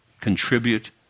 contribute